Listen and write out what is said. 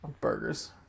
Burgers